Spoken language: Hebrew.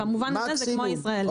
במובן הזה זה כמו ישראלי.